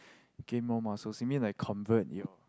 gain more muscles you mean like convert your